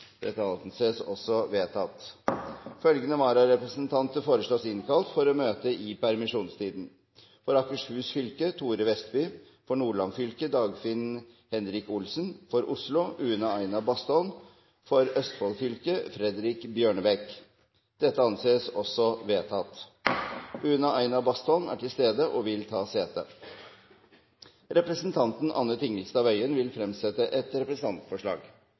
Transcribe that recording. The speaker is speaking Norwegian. Det anses vedtatt. Følgende vararepresentanter innkalles for å møte i permisjonstiden: For Akershus fylke: Thore Vestby For Nordland fylke: Dagfinn Henrik Olsen For Oslo: Une Aina Bastholm fra og med 13. juni og inntil videre For Østfold fylke: Fredrik Bjørnebekk Une Aina Bastholm er til stede og vil ta sete. Representanten Anne Tingelstad Wøien vil fremsette et representantforslag.